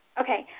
Okay